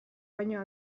baino